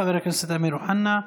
תודה, חבר הכנסת אמיר אוחנה.